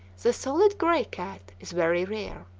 the solid gray cat is very rare.